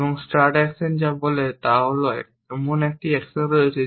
এবং start action যা বলে তা হল এমন একটি অ্যাকশন রয়েছে